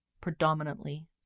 predominantly